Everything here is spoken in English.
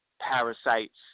parasites